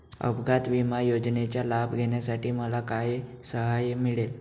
अपघात विमा योजनेचा लाभ घेण्यासाठी मला काय सहाय्य मिळेल?